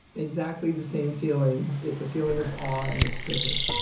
exactly the same feeling. it's a feeling of all and of privilege.